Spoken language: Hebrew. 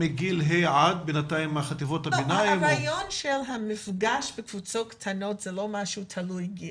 שזה מגיל ה' עד --- הרעיון של מפגשים בקבוצות קטנות לא תלוי גיל.